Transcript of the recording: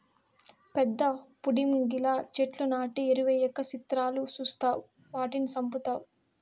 పెద్ద పుడింగిలా చెట్లు నాటి ఎరువెయ్యక సిత్రాలు సూస్తావ్ వాటిని సంపుతావ్